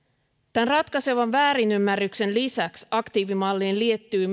tämän ratkaisevan väärinymmärryksen lisäksi aktiivimalliin liittyy